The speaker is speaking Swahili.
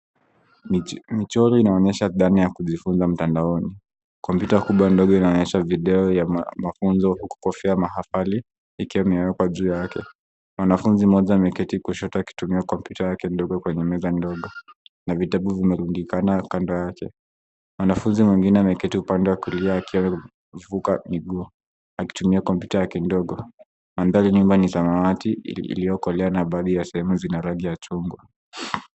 Michoro inaonyesha dhana ya kujifunza mtandaoni. Kompyuta kubwa ndogo inaonyesha video ya mafunzo huku kofia ya mahafali ikiwa imewekwa juu yake. Mwanafunzi moja ameketi kushoto akitumia kompyuta yake ndogo kwenye meza ndogo na vitabu zimerundikana kando yake. Mwanafunzi mwengine ameketi upande wa kulia akiwa amefuka miguu akitumia kompyuta yake ndogo. Maandari ya nyumba ni samawati iliokolea na baadhi ya sehemu zina rangi ya jungwa.